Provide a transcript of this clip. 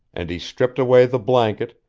and he stripped away the blanket,